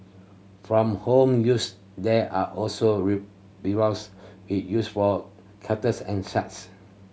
from home use there are also we use for kettles and such